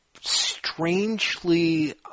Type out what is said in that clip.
strangely